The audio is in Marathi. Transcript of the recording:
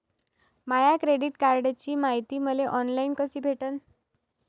माया क्रेडिट कार्डची मायती मले ऑनलाईन कसी भेटन?